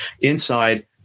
Inside